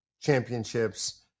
championships